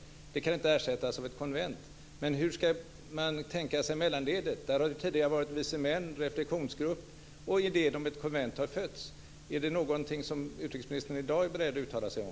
Den kan inte ersättas av ett konvent. Men hur ska man tänka sig mellanledet? Där har det tidigare varit vise män och reflexionsgrupp, och idén om ett konvent har fötts. Är det någonting som utrikesministern i dag är beredd att uttala sig om?